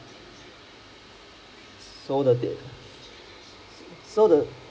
so the date so the